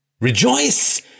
rejoice